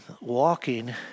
walking